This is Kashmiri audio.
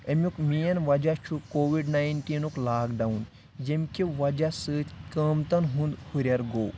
امیُک مین وجہ چھُ کووِڈ ناینٹیٖنُک لاک ڈاوُن ییٚمہِ کہِ وجہ سۭتۍ قۭمتن ہُنٛد ہُریر گوٚو